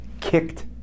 kicked